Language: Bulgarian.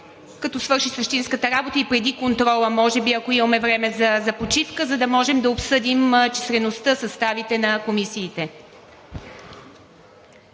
като свърши същинската работа и преди контрола, може би, ако имаме време за почивка, за да можем да обсъдим числеността и съставите на комисиите.